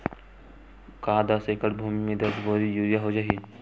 का दस एकड़ भुमि में दस बोरी यूरिया हो जाही?